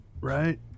right